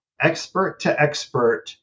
expert-to-expert